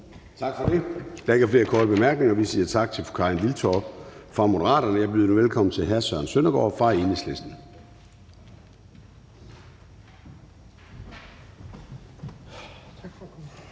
Tak for det. Der er ikke flere korte bemærkninger. Vi siger tak til fru Karin Liltorp fra Moderaterne. Jeg byder nu velkommen til hr. Søren Søndergaard fra Enhedslisten.